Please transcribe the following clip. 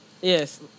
Yes